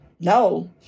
No